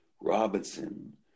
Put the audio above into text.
Robinson